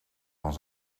van